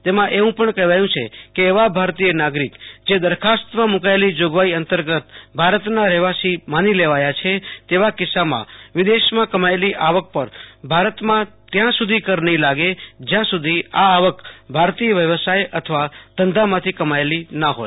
તેમાં એવું પણ કહેવાયું છે કે એવા ભારતીય નાગરીક જે દરખાસ્તમાં મુકાયેલી જોગવાઈ અંતગત ભારતના રહેવાસી માની લેવાયા છે તેવા કિસ્સામાં વિદેશમાં કમાયેલી આવક પર ભારતમાં ત્યાં સુધી કર નહીં લાગે જયાં સુધી આવક ભારતીય વ્યવસાય અથવા ધંધામાંથી કમાયેલી ના હોય